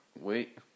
Wait